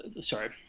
sorry